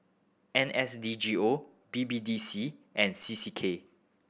N S D G O B B D C and C C K